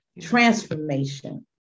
transformation